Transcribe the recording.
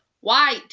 white